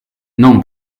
non